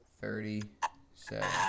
Thirty-seven